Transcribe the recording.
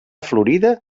florida